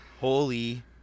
Holy